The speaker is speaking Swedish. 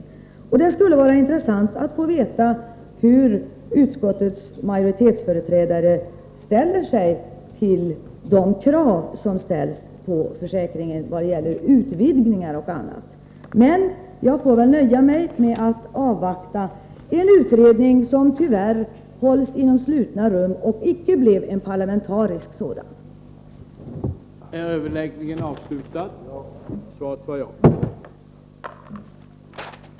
säkringen Det skulle vara intressant att få veta hur utskottets majoritetsföreträdare ställer sig till krav som finns på bl.a. utvidgning av försäkringen. Men jag får väl nöja mig med att avvakta en utredning som tyvärr hålls inom slutna rum och inte blev en parlamentarisk sådan.